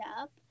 up